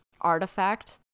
artifact